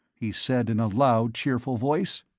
he said, in a loud, cheerful voice,